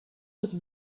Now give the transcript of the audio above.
with